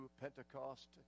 Pentecost